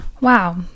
Wow